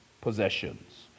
possessions